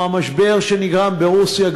או המשבר שנגרם ברוסיה,